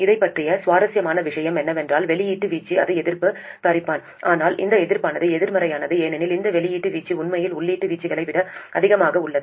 இதைப் பற்றிய சுவாரஸ்யமான விஷயம் என்னவென்றால் வெளியீட்டு வீச்சு இது எதிர்ப்புப் பிரிப்பான் ஆனால் இந்த எதிர்ப்பானது எதிர்மறையானது ஏனெனில் இந்த வெளியீட்டு வீச்சு உண்மையில் உள்ளீட்டு வீச்சுகளை விட அதிகமாக உள்ளது